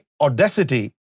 audacity